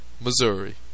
Missouri